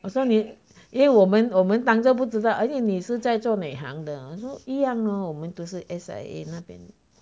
我说你因为我们我们当作不知道你是做哪一行的我说一样吗我们都是 S_I_A 那边的